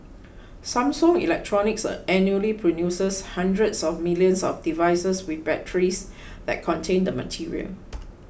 Samsung Electronics annually produces hundreds of millions of devices with batteries that contain the material